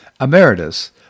Emeritus